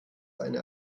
eine